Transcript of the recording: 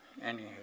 Anywho